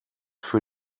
für